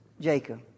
Jacob